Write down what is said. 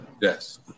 Yes